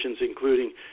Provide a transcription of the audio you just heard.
including